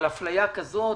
על אפליה כזאת,